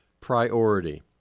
priority